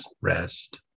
rest